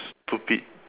stupid